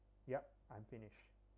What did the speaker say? yup I'm finished